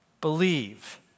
believe